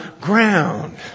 ground